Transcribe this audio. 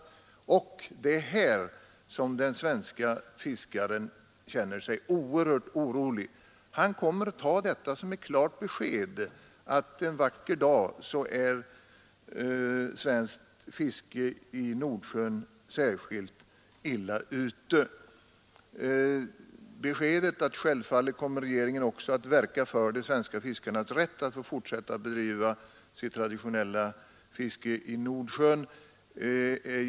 Det är beträffande detta som den svenske fiskaren känner sig oerhört orolig. Han kommer att ta det som ett klart besked att en vacker dag är svenskt fiske i Nordsjön särskilt illa ute. Jag är rädd för att han inte har riktigt lika stor tilltro till beskedet att regeringen också självfallet kommer att ”verka för de svenska fiskarnas rätt att få fortsätta att bedriva sitt traditionella fiske i Nordsjön”.